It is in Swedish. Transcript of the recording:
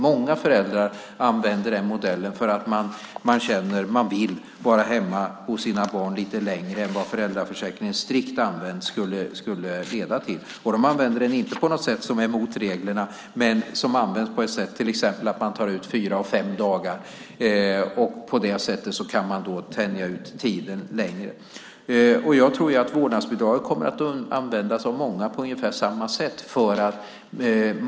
Många föräldrar använder den modellen, för man vill vara hemma med sina barn lite längre än vad föräldraförsäkringen strikt använd skulle leda till. De använder den inte på något sätt som är mot reglerna. De använder den så att de tar ut fyra och fem dagar och på det sättet tänjer ut tiden. Jag tror att vårdnadsbidraget kommer att användas av många på ungefär samma sätt.